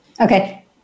Okay